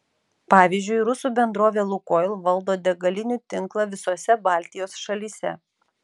pavyzdžiui rusų bendrovė lukoil valdo degalinių tinklą visose baltijos šalyse